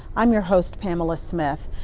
i'm your host pamela smith.